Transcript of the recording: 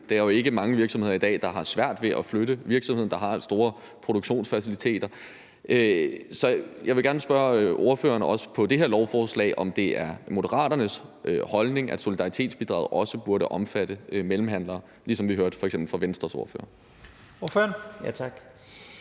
Det er jo ikke mange virksomheder, der har svært ved at flytte i dag – det kunne f.eks. være virksomheder, der har store produktionsfaciliteter. Jeg vil også gerne spørge ordføreren i forbindelse med det her lovforslag, om det er Moderaternes holdning, at solidaritetsbidraget også burde omfatte mellemhandlere, ligesom vi f.eks. hørte fra Venstres ordfører.